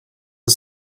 are